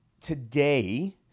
today